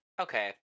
Okay